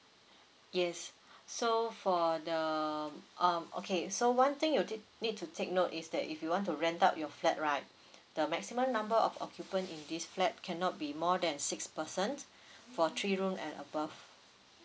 yes so for the um okay so one thing you need need to take note is that if you want to rent out your flat right the maximum number of occupant in this flat cannot be more than six persons for three room and above